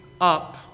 up